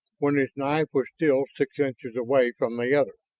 when his knife was still six inches away from the other.